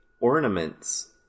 ornaments